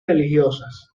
religiosas